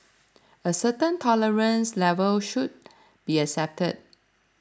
a certain tolerance level should be accepted